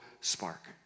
spark